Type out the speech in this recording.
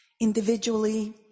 individually